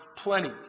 Plenty